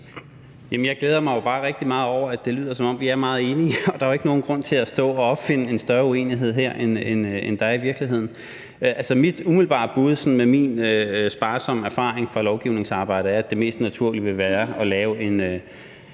meget over, at det lyder, som om vi er meget enige. Og der er jo ikke nogen grund til at stå og opfinde en større uenighed her, end der er i virkeligheden. Mit umiddelbare bud med min sparsomme erfaring fra lovgivningsarbejdet er, at det mest naturlige vil være at lave en